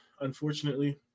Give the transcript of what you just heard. unfortunately